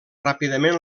ràpidament